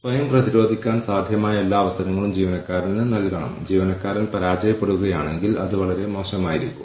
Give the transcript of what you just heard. അതിനാൽ ഈ പേപ്പറിൽ ശ്രദ്ധിക്കാൻ കഴിയുമെങ്കിൽ സമതുലിതമായ സ്കോർകാർഡ് എന്താണെന്നും അത് എങ്ങനെ ഓർഗനൈസേഷനിൽ ഉപയോഗിക്കാമെന്നും മനസ്സിലാക്കാൻ ഇത് വളരെ സഹായകമാകും